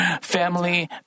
family